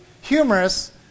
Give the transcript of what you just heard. humorous